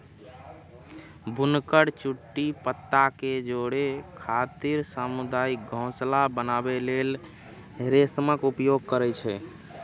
बुनकर चुट्टी पत्ता कें जोड़ै खातिर सामुदायिक घोंसला बनबै लेल रेशमक उपयोग करै छै